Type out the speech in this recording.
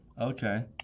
Okay